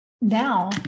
now